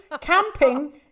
camping